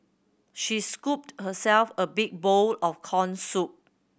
she scooped herself a big bowl of corn soup